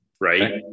right